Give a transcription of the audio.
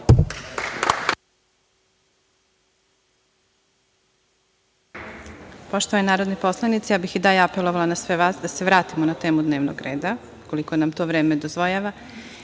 Poštovani narodni poslanici, ja bih i dalje apelovala na sve vas da se vratimo na temu dnevnog reda, koliko nam to vreme dozvoljava